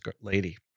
lady